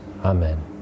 Amen